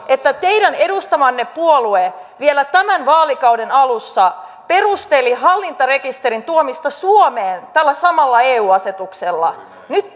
että teidän edustamanne puolue vielä tämän vaalikauden alussa perusteli hallintarekisterin tuomista suomeen tällä samalla eu asetuksella nyt